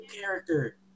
character